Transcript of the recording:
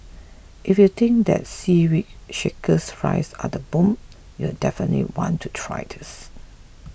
if you think that Seaweed Shaker Fries are the bomb you'll definitely want to try this